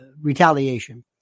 retaliation